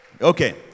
Okay